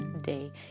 day